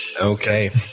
Okay